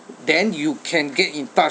then you can get in touch